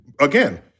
again